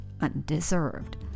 undeserved